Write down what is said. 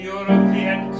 European